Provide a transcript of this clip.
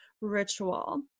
ritual